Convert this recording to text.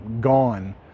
gone